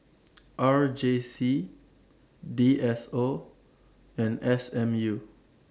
R J C D S O and S M U